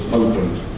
opened